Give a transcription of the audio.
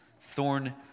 thorn